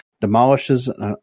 demolishes